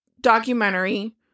documentary